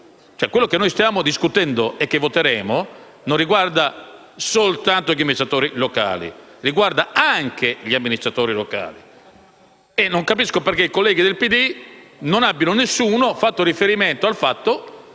testo che stiamo discutendo e che voteremo non riguarda soltanto gli amministratori locali, ma riguarda «anche» gli amministratori locali. Non capisco perché nessuno tra i colleghi del PD abbia fatto riferimento al fatto